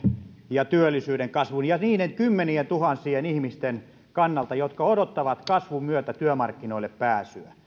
ja työllisyyden kasvun ja niiden kymmenientuhansien ihmisten kannalta jotka odottavat kasvun myötä työmarkkinoille pääsyä